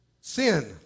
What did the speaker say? Sin